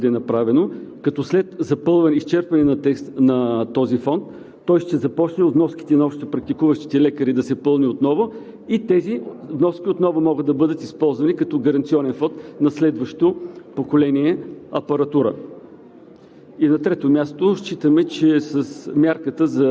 Така че това е нещо, което може да бъде направено, като след изчерпване на този фонд, той ще започне от вноските на общопрактикуващите лекари да се пълни отново и тези вноски отново могат да бъдат използвани като гаранционен фонд за следващо поколение апаратура.